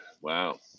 Wow